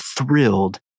thrilled